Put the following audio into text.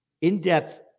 in-depth